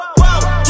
whoa